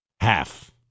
Half